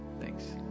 Thanks